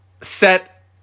Set